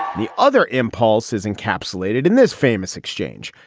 the other impulse is encapsulated in this famous exchange.